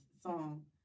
song